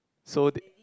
so they